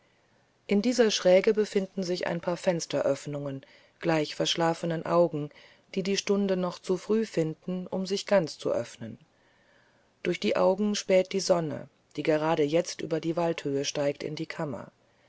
in dieser schräge befinden sich ein paar fensteröffnungen gleich verschlafenen augen die die stunde noch zu früh finden um sich ganz zu öffnen durch die augen späht die sonne die gerade jetzt über die waldhöhe steigt in die kammer